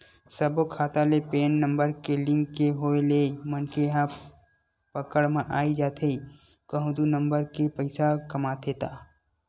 सब्बो खाता ले पेन नंबर के लिंक के होय ले मनखे ह पकड़ म आई जाथे कहूं दू नंबर के पइसा कमाथे ता